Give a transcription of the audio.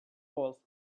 was